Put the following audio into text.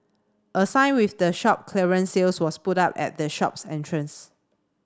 a sign with the shop clearance sale was put up at the shops entrance